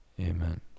Amen